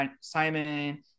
Simon